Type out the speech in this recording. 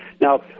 Now